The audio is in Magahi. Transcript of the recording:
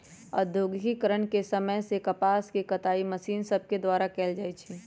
औद्योगिकरण के समय से कपास के कताई मशीन सभके द्वारा कयल जाय लगलई